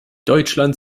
deutschland